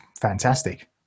fantastic